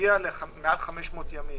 מגיע למעל 500 ימים.